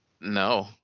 No